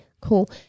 cool